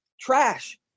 trash